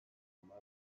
mother